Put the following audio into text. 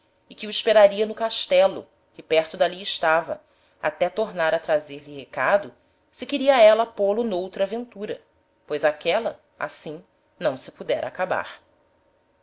e que o esperaria no castelo que perto d'ali estava até tornar a trazer-lhe recado se queria éla pô-lo n'outra aventura pois aquela assim não se pudera acabar